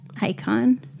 icon